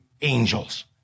angels